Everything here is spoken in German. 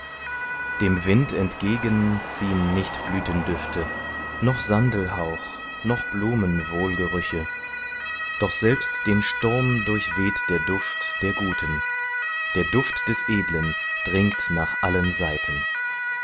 dem wind entgegen ziehn nicht blütendüfte noch sandelhauch noch blumenwohlgerüche doch selbst den sturm durchweht der duft der guten der duft des edlen dringt nach allen seiten